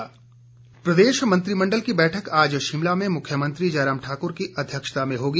मंत्रिमंडल प्रदेश मंत्रमिण्डल की बैठक आज शिमला में मुख्यमंत्री जयराम ठाकुर की अध्यक्षता में होगी